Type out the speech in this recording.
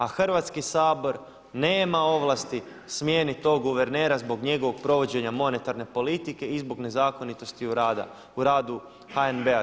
A Hrvatski sabor nema ovlasti smijeniti tog guvernera zbog njegovog provođenja monetarne politike i zbog nezakonitosti u radu HNB-a.